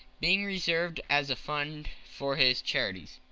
being reserved as a fund for his charities.